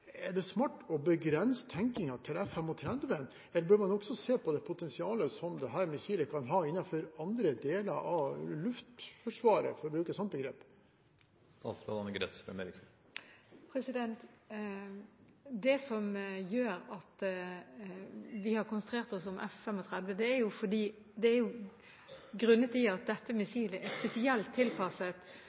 Er det smart å begrense tenkningen til F-35, eller bør man også se på det potensialet som dette missilet kan ha innenfor andre deler av luftforsvaret, for å bruke et sånt begrep? Det som gjør at vi har konsentrert oss om F-35, er grunnet i at dette missilet er spesielt tilpasset for – sammen med flyet – å oppnå et av våre operative behov. Det er